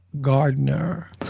Gardner